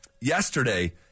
yesterday